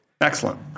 Excellent